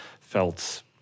felt